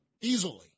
Easily